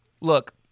look